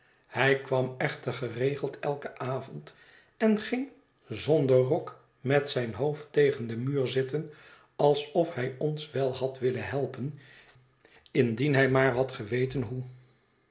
hij kwam echter geregeld eiken avond en ging zonder rok met zijn hoofd tegen den muur zitten alsof hij ons wel had willen helpen indien hij maar had geweten hoe